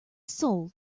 sole